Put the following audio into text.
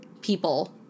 people